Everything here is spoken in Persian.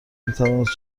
میتوانست